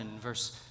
verse